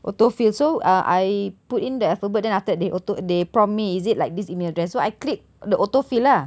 auto fill so uh I put in the alphabet then after that they auto they prompt me is it like this email address so I click the auto fill lah